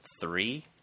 three